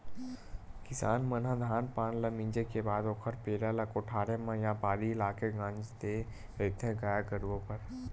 किसान मन ह धान पान ल मिंजे के बाद ओखर पेरा ल कोठारे म या बाड़ी लाके के गांज देय रहिथे गाय गरुवा बर